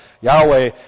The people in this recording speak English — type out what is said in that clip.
Yahweh